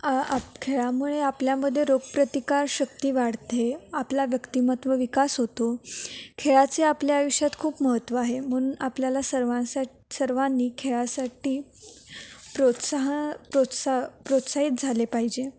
आ आप खेळामुळे आपल्यामध्ये रोगप्रतिकारक शक्ती वाढते आपला व्यक्तिमत्त्व विकास होतो खेळाचे आपल्या आयुष्यात खूप महत्व आहे म्हणून आपल्याला सर्वांसाट सर्वांनी खेळासाठी प्रोत्साहन प्रोत्साह प्रोत्साहित झाले पाहिजे